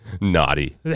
Naughty